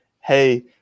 Hey